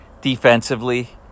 defensively